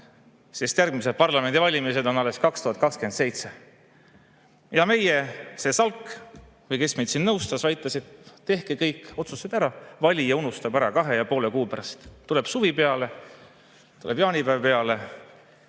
sest järgmised parlamendivalimised on alles 2027. Ja meie, see SALK või kes meid siin nõustas, väitis, et tehke kõik otsused ära, valija unustab ära kahe ja poole kuu pärast, suvi tuleb peale, tuleb jaanipäev peale